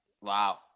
Wow